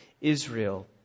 Israel